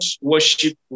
worship